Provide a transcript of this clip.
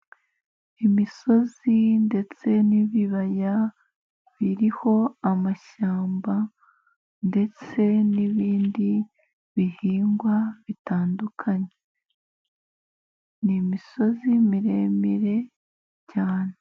Imisozi ndetse n'ibibaya biriho amashyamba, ndetse nibindi bihingwa bitandukanye, ni imisozi miremire cyane.